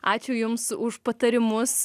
ačiū jums už patarimus